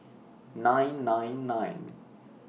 nine nine nine